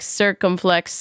circumflex